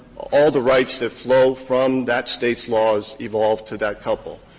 all the rights that flow from that state's laws evolve to that couple.